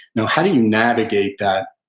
you know how do you navigate that?